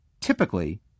Typically